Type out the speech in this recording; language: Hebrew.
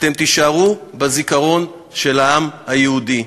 והתשובה היא מאוד פשוטה: זה בגלל העם היהודי.